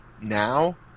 now